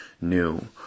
new